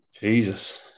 Jesus